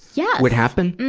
yeah would happen?